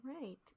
right